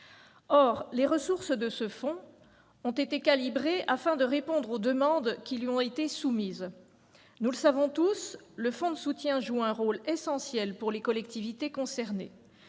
Or les ressources de ce fonds ont été calibrées afin de répondre aux demandes qui lui ont été soumises. Nous le savons tous, le fonds de soutien joue un rôle essentiel pour les collectivités concernées